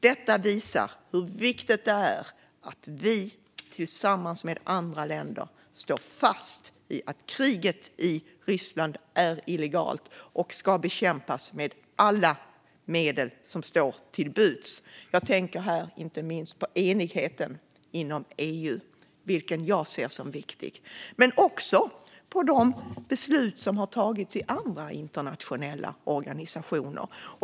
Detta visar hur viktigt det är att vi tillsammans med andra länder står fast vid att kriget i Ryssland är illegalt och ska bekämpas med alla till buds stående medel. Jag tänker inte minst på enigheten inom EU, vilken jag ser som viktig. Men jag tänker också på de beslut som har tagits i andra internationella organisationer.